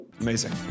amazing